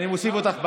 אני מוסיף אותך בעד,